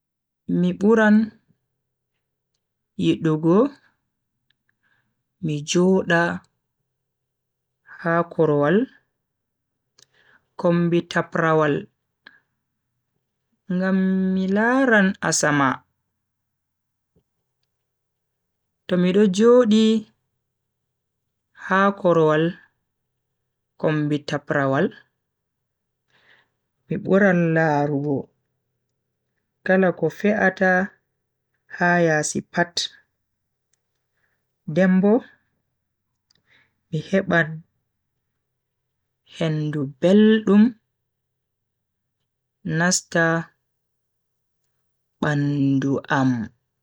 Mi buran yidugo mi joda ha korowal kombi taprawal ngam mi laran asama. to mi do Jodi ha korowal kombi taprawal mi buran larugo kala ko fe'ata ha yasi pat den bo mi heban hendu beldum nasta bandu am.